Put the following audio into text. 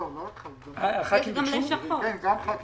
הייתי שואל גם עוד דבר.